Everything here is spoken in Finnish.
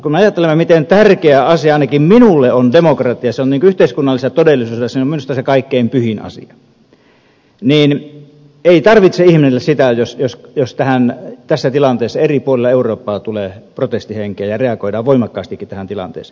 kun ajattelemme miten tärkeä asia ainakin minulle on demokratia se on niin kuin yhteiskunnallisessa todellisuudessa minusta se kaikkein pyhin asia niin ei tarvitse ihmetellä sitä jos tässä tilanteessa eri puolilla eurooppaa tulee protestihenkeä ja reagoidaan voimakkaastikin tähän tilanteeseen